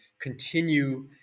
continue